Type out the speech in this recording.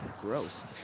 gross